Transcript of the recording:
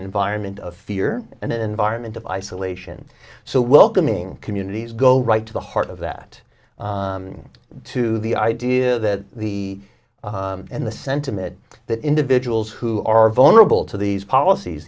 environment of fear and an environment of isolation so welcoming communities go right to the heart of that to the idea that the and the sentiment that individuals who are vulnerable to these policies